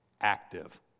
active